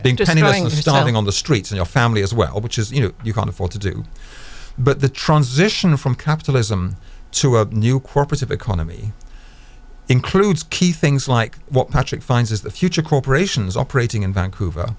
anything standing on the streets in your family as well which is you know you can't afford to do but the transition from capitalism to a new corpus of economy includes key things like what patrick finds is the future corporations operating in